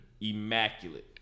Immaculate